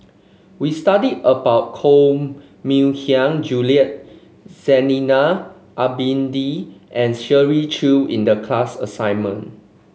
we studied about Koh Mui Hiang Julie Zainal Abidin and Shirley Chew in the class assignment